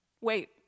Wait